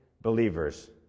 Believers